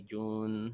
June